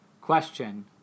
Question